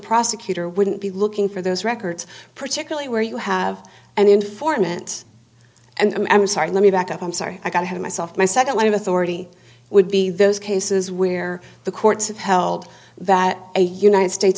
prosecutor wouldn't be looking for those records particularly where you have an informant and i'm sorry let me back up i'm sorry i got to myself my second line of authority would be those cases where the courts have held that a united states